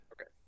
Okay